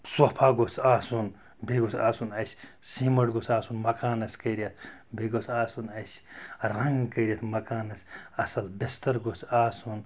صوفہ گوٚژھ آسُن بیٚیہِ گوٚژھ آسُن اسہِ سیٖمیٚنٛٹ گوٚژھ آسُن مکانَس کٔرِتھ بیٚیہِ گوٚژھ آسُن اسہِ رَنٛگ کٔرِتھ مَکانَس اصٕل بِستَر گوٚژھ آسُن